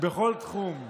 בכל תחום,